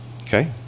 okay